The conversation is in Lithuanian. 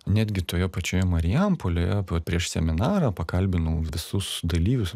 netgi toje pačioje marijampolėje prieš seminarą pakalbinau visus dalyvius